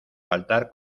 faltar